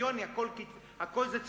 פרופורציוני הכול זה ציטוט,